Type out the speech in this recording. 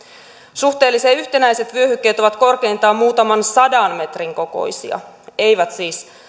suhteellisen yhtenäiset vyöhykkeet ovat korkeintaan muutaman sadan metrin kokoisia eivät siis